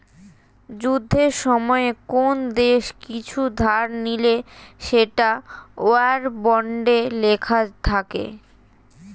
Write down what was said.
যুদ্ধের সময়ে কোন দেশ কিছু ধার নিলে সেটা ওয়ার বন্ডে লেখা থাকে